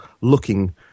looking